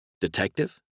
Detective